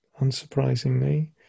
unsurprisingly